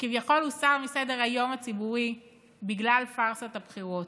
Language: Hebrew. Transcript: שכביכול הוסר מסדר-היום הציבורי בגלל פארסת הבחירות.